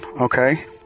okay